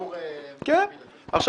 עכשיו,